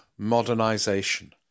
modernisation